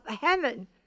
heaven